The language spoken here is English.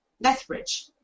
Lethbridge